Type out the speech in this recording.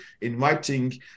inviting